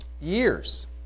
Years